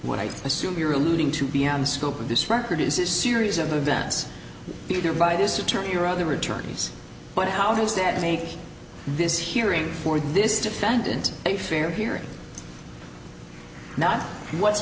what i assume you're alluding to be on the scope of this record is this series of events either by this attorney or other attorneys but how does that make this hearing for this defendant a fair hearing not what's